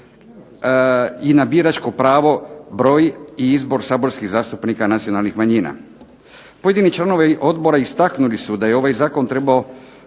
i na biračko pravo, broj i izbor saborskih zastupnika nacionalnih manjina. Pojedini članovi odbora istaknuli da se ovaj zakon trebao